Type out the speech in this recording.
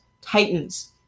Titans